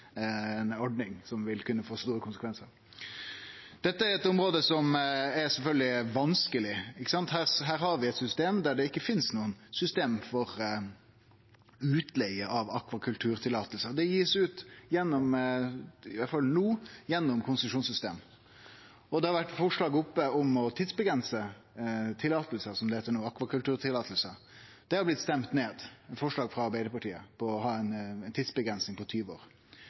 ordning som vil kunne få store konsekvensar. Dette er eit område som sjølvsagt er vanskeleg. Her har vi eit system der det ikkje finst noko system for utleige av akvakulturløyve. Det blir gitt ut gjennom – i alle fall no – konsesjonssystemet, og det har vore forslag oppe om å tidsavgrense akvakulturløyve, som det heiter no. Det har blitt stemt ned forslag frå Arbeidarpartiet om ei tidsavgrensing på